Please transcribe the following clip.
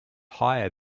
higher